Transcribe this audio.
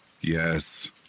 Yes